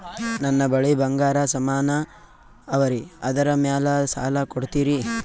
ನನ್ನ ಬಳಿ ಬಂಗಾರ ಸಾಮಾನ ಅವರಿ ಅದರ ಮ್ಯಾಲ ಸಾಲ ಕೊಡ್ತೀರಿ?